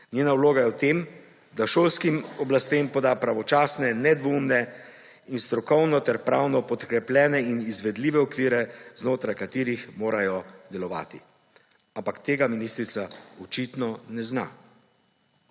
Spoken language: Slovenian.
Njegova vloga je v tem, da šolskim oblastem poda pravočasne, nedvoumne in strokovno ter pravno podkrepljene in izvedljive okvire, znotraj katerih morajo delovati. Ampak tega ministrica očitno ne zna.